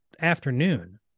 afternoon